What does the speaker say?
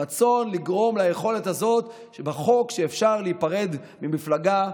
הרצון לגרום ליכולת הזאת שלפי חוק אפשר להיפרד ממפלגה,